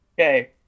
Okay